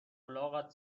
الاغت